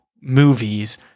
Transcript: movies